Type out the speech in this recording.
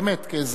באמת כאזרח.